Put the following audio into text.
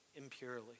impurely